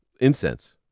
incense